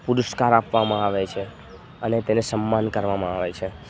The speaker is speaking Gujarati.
પુરસ્કાર આપવામાં આવે છે અને તેને સન્માન કરવામાં આવે છે